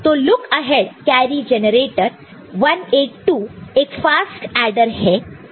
तो look ahead carry generator 182 एक fast adder है